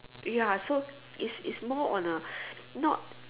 ya so it's it's more on a not